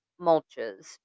mulches